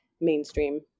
mainstream